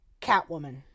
Catwoman